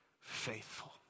faithful